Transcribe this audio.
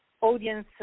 audience